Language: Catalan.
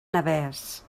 navès